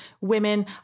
women